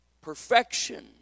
Perfection